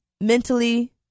mentally